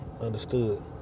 understood